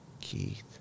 Keith